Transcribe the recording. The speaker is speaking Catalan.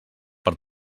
per